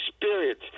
experience